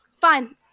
Fine